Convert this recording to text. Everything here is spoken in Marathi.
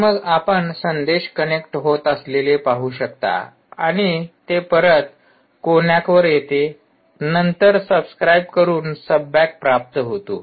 तर मग आपण संदेश कनेक्ट होत असलेले पाहू शकता आणि ते परत कोनॅकवर येते नंतर सबस्क्राइब करून सबबॅक परत प्राप्त होतो